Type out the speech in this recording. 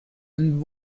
and